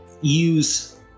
use